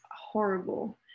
horrible